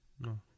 No